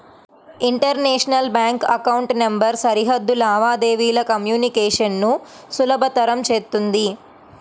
international bank account number సరిహద్దు లావాదేవీల communication ను సులభతరం చేత్తుంది